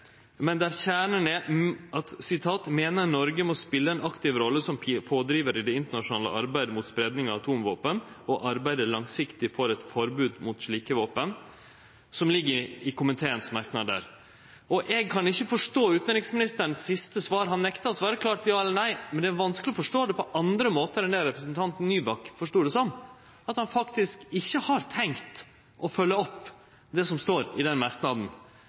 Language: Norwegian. der kjernen er at fleirtalet «mener Norge må spille en aktiv rolle som pådriver i det internasjonale arbeidet mot spredning av atomvåpen og arbeide langsiktig for et forbud mot slike våpen». Eg kan ikkje forstå utanriksministerens siste svar. Han nekta å svare ja eller nei, men det er vanskeleg å forstå det på andre måtar enn det representanten Nybakk forstod det som, at han faktisk ikkje har tenkt å følgje opp det som står i den merknaden.